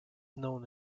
known